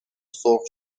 سرخ